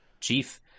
Chief